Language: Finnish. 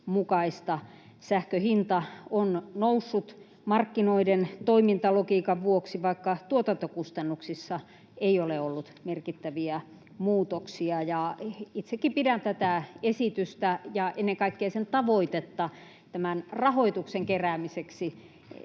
Sähkön hinta on noussut markkinoiden toimintalogiikan vuoksi, vaikka tuotantokustannuksissa ei ole ollut merkittäviä muutoksia. Itsekin pidän tätä esitystä ja ennen kaikkea sen tavoitetta tämän rahoituksen keräämiseksi